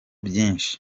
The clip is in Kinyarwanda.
byinshi